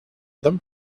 them